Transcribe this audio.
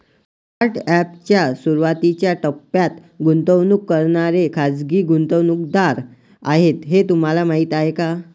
Startup च्या सुरुवातीच्या टप्प्यात गुंतवणूक करणारे खाजगी गुंतवणूकदार आहेत हे तुम्हाला माहीत आहे का?